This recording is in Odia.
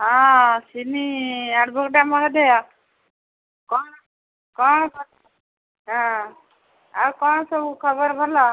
ହଁ ସିନି ଆଡ଼ଭୋକେଟ୍ ମହୋଦୟା କ'ଣ କ'ଣ ହଁ ଆଉ କ'ଣ ସବୁ ଖବର ଭଲ